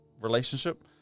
relationship